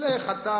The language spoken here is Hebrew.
לך אתה,